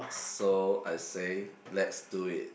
so I say let's do it